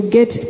get